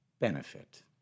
benefit